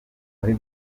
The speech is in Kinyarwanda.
muri